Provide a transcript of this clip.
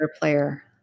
player